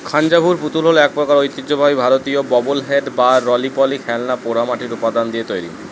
খাঞ্জাভুর পুতুল হলো এক প্রকার ঐতিহ্যবাহী ভারতীয় বব্লহেড বা রলি পলি খেলনা পোড়ামাটির উপাদান দিয়ে তৈরি